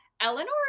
Eleanor